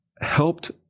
helped